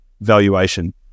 valuation